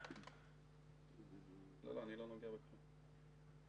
בוקר טוב.